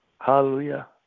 Hallelujah